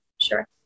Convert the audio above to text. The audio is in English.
Sure